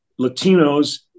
Latinos